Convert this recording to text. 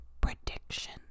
prediction